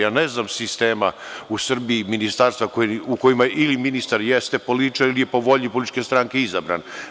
Ja ne znam sistema u Srbiji, ministarstva, u kojima ili ministar jeste političar ili je po volji političke stranke izabran.